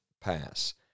pass